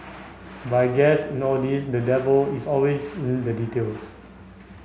but I guess in all this the devil is always in the details